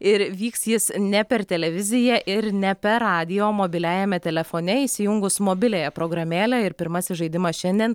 ir vyks jis ne per televiziją ir ne per radiją o mobiliajame telefone įsijungus mobiliąją programėlę ir pirmasis žaidimas šiandien